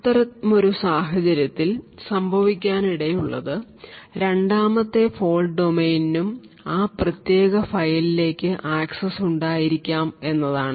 അത്തരമൊരു സാഹചര്യത്തിൽ സംഭവിക്കാനിടയുള്ളത് രണ്ടാമത്തെ ഫോൾട് ഡൊമെയ്നിനും ആ പ്രത്യേക ഫയലിലേക്ക് ആക്സസ് ഉണ്ടായിരിക്കാം എന്നതാണ്